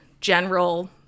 general